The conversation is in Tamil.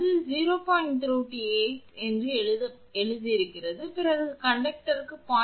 238 என்று எழுதியிருக்கிறது பிறகு கண்டக்டருக்கு 0